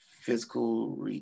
physical